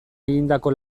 egindako